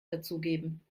dazugeben